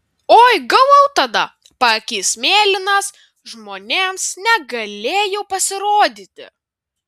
oi gavau tada paakys mėlynas žmonėms negalėjau pasirodyti